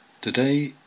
Today